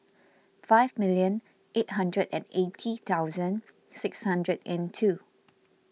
five million eight hundred and eighty thousand six hundred and two